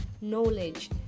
knowledge